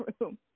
room